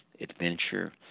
adventure